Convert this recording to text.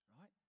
right